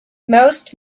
most